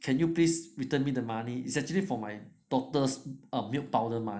can you please return me the money is actually for my daughter's milk powder money